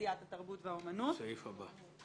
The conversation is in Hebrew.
בתעשיית התרבות והאמנות -- סעיף הבא.